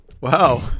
Wow